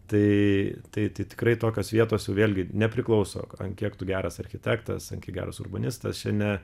tai tai tai tikrai tokios vietos jau vėlgi nepriklauso ant kiek tu geras architektas geras urbanistas čia ne